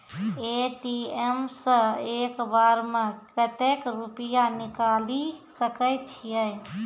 ATM सऽ एक बार म कत्तेक रुपिया निकालि सकै छियै?